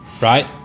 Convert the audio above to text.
right